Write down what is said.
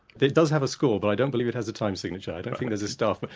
it does have a score, but i don't believe it has a time signature, i don't think there's a staff. but